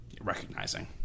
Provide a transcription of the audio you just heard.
recognizing